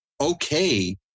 okay